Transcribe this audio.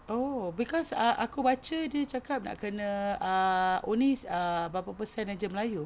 oh cause ah aku baca dia cakap nak kena uh only uh berapa percent jer melayu